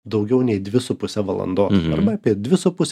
daugiau nei dvi su puse valandos apie dvi su puse